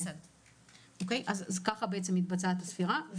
ככה מתבצעת הספירה.